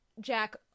Jack